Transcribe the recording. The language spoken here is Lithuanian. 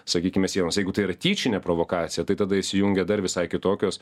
sakykime sienos jeigu tai yra tyčinė provokacija tai tada įsijungia dar visai kitokios